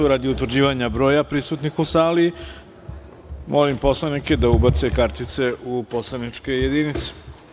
Radi utvrđivanja broja narodnih poslanika prisutnih u sali, molim narodne poslanike da ubace kartice u poslaničke jedinice.